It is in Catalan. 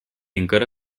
encara